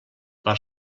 per